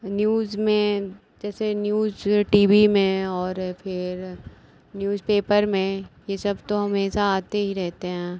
news में जैसे news T V में और फिर न्यूज पेपर में यह सब तो हमेशा आते ही रहते हैं